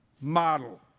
model